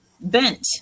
bent